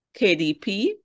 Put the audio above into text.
KDP